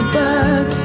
back